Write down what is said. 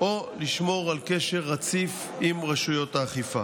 או לשמור על קשר רציף עם רשויות האכיפה.